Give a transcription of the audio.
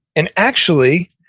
and actually,